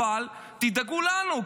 אבל תדאגו לנו,